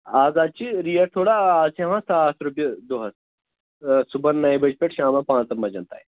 اَز حظ چھِ ریٹ تھوڑا اَز چھِ ہٮ۪وان ساس رۄپیہِ دۄہَس صُبَحن نَیہِ بَجہِ پٮ۪ٹھ شامَن پانٛژَن بَجن تانۍ